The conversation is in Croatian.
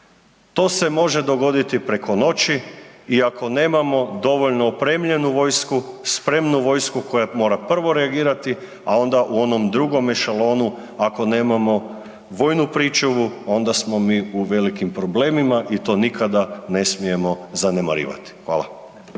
To se može dogoditi preko noći, i ako nemamo dovoljno opremljenu vojsku, spremnu vojsku koja mora prvo reagirati a onda u onom drugome šalonu, ako nemamo vojnu pričuvu, onda smo mi u velikim problemima i to nikada ne smijemo zanemarivati. Hvala.